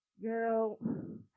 Girl